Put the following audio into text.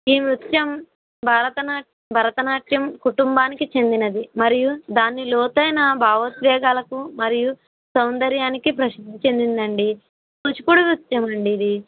ఈ నృత్యం భరతనా భరతనాట్యం కుటుంబానికి చెందినది మరియు దాని లోతైన భావోద్వేగాలకు మరియు సౌందర్యానికి ప్రసిద్ధి చెందిందండి కూచిపూడి నృత్యం అండి ఇది